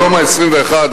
היום ה-21,